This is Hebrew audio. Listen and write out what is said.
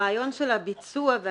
הרעיון של הביצוע של